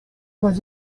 was